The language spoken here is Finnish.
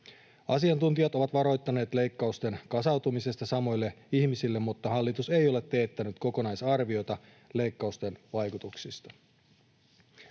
Asiantuntijat ovat varoittaneet leikkausten kasautumisesta samoille ihmisille, mutta hallitus ei ole teettänyt kokonaisarviota leikkausten vaikutuksista.